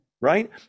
right